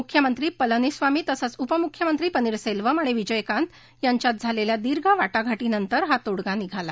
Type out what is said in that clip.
मुख्यमंत्री पळणीस्वामी तसंच उपमुख्यमंत्री पन्नीरसखिम आणि विजयकांत यांच्यात झालखिा दीर्घ वाटाघाटींनंतर हा तोडगा निघाला